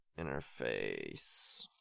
interface